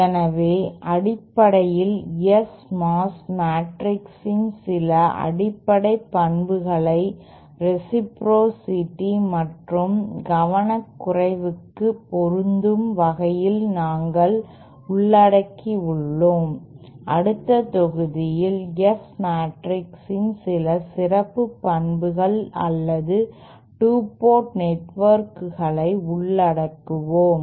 எனவே அடிப்படையில் S mass மேட்ரிக்ஸின் சில அடிப்படை பண்புகளை ரேசிப்ரோசிடி மற்றும் கவனக்குறைவுக்கு பொருந்தும் வகையில் நாங்கள் உள்ளடக்கியுள்ளோம் அடுத்த தொகுதியில் S மெட்ரிக்ஸின் சில சிறப்பு பண்புகள் அல்லது 2 போர்ட் நெட்வொர்க்குகளை உள்ளடக்குவோம்